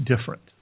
different